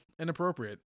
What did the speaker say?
inappropriate